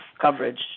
coverage